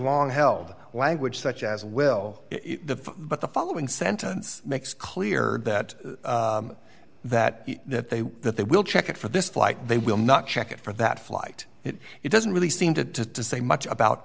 long held language such as will the but the following sentence makes clear that that that they that they will check it for this flight they will not check it for that flight it doesn't really seem to say much about